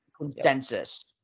consensus